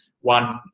one